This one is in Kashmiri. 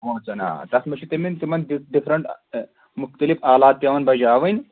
پانٛژَن آ تَتھ منٛز چھِ تیٚمَن تِمَن ڈِ ڈِفرَنٛٹ مختلف آلات پٮ۪وان بَجاوٕنۍ